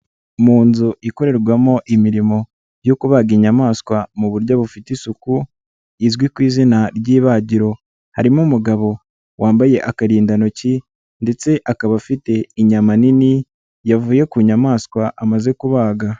Mu nzu ikorerwamo imirimo yo kubaga inyamaswa mu buryo bufite isuku izwi ku izina ry'ibagiro, harimo umugabo wambaye akarindantoki ndetse akaba afite inyama nini yavuye ku nyamaswa amaze kubaga.